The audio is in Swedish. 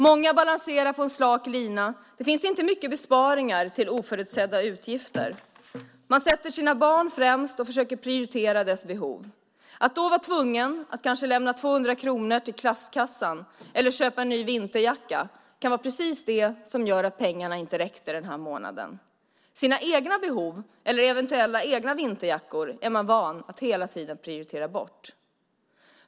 Många balanserar på slak lina; det finns inte mycket besparingar till oförutsedda utgifter. Man sätter sina barn främst och försöker prioritera deras behov. Att vara tvungen att kanske lämna 200 kronor till klasskassan eller köpa en ny vinterjacka kan vara precis det som gör att pengarna inte räcker denna månad. Sina egna behov eller eventuella egna vinterjackor är man van att hela tiden prioritera bort.